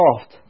soft